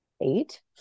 eight